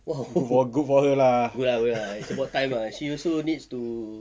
good for good for her lah